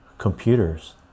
Computers